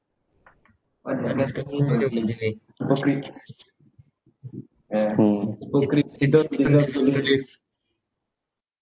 hypocrites uh hypocrites